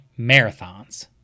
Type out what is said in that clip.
marathons